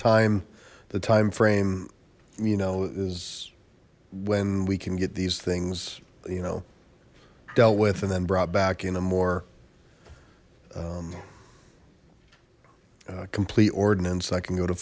time the time frame you know is when we can get these things you know dealt with and then brought back in a more complete ordnance i can go to